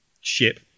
ship